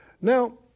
Now